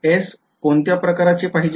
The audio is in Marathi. S कोणत्या प्रकारचे पाहिजे